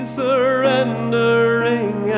surrendering